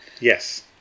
Yes